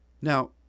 Now